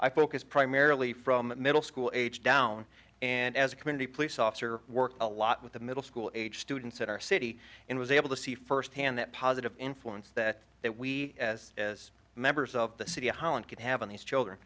i focus primarily from middle school age down and as a community police officer worked a lot with the middle school age students in our city and was able to see firsthand that positive influence that that we as as members of the city of holland could have in these children